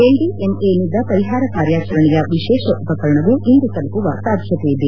ಎನ್ಡಿಎಮ್ಎನಿಂದ ಪರಿಹಾರ ಕಾರ್ಯಾಚರಣೆಯ ವಿಶೇಷ ಉಪಕರಣ ಇಂದು ತಲುಪುವ ಸಾಧ್ಯತೆ ಇದೆ